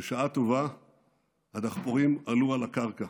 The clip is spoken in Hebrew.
בשעה טובה הדחפורים עלו על הקרקע